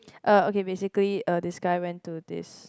uh okay basically uh this guy went to this